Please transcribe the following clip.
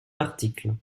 l’article